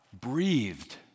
breathed